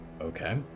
Okay